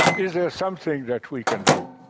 is there something that we can do?